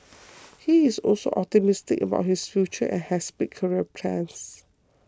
he is also optimistic about his future and has big career plans